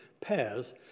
pairs